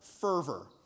fervor